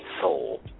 Soul